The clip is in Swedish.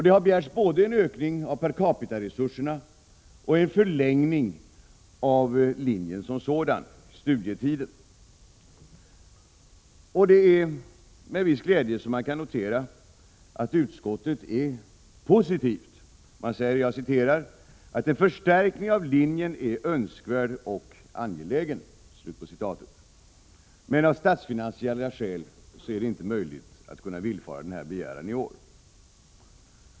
Det har begärts både en ökning av per capita-resurserna och en förlängning av studietiden inom linjen. Det är med viss glädje man kan notera att utskottet är positivt. Man säger att ”en förstärkning av linjen är önskvärd och angelägen”, men att det av statsfinansiella skäl inte är möjligt att villfara denna begäran i år. Herr talman!